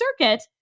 circuit